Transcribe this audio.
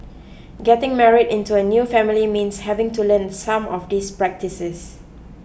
getting married into a new family means having to learn some of these practices